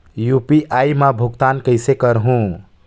UPI मा भुगतान कइसे करहूं?